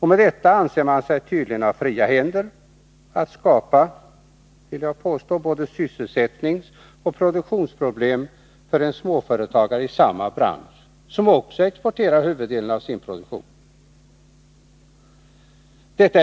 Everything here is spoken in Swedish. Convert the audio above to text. Med detta anser man sig tydligen ha fria händer att skapa, vill jag påstå, både sysselsättningsoch produktionsproblem för en småföretagare i samma bransch som också exporterar huvuddelen av sin produktion, och på samma marknader.